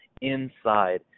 inside